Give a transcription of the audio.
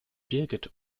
birgit